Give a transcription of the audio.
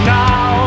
now